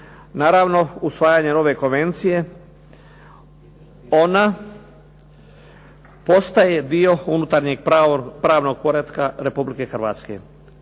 Naravno, usvajanjem ove konvencije ona postaje dio unutarnjeg pravnog poretka Republike Hrvatske